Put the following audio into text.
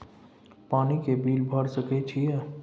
पानी के बिल भर सके छियै?